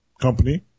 Company